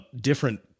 different